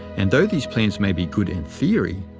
and though these plans may be good in theory,